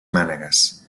mànegues